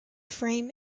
frame